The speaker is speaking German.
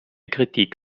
kritik